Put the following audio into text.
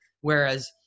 Whereas